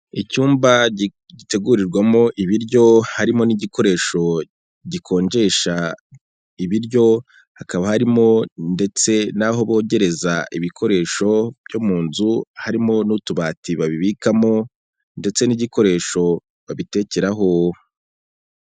Icyumba gitegurirwamo ibiryo harimo n'igikoresho gikonjesha ibiryo, hakaba harimo ndetse n'aho bogereza ibikoresho byo mu nzu harimo n'utubati babikamo, ndetse n'igikoresho babitekeraho.